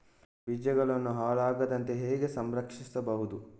ಬೀಜಗಳು ಹಾಳಾಗದಂತೆ ಹೇಗೆ ಸಂರಕ್ಷಿಸಬಹುದು?